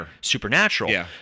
Supernatural